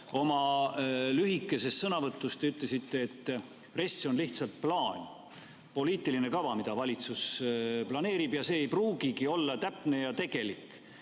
Oma lühikeses sõnavõtus te ütlesite, et RES on lihtsalt plaan, poliitiline kava, mida valitsus planeerib, ja see ei pruugigi olla täpne ja tegelik.